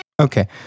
Okay